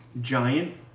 Giant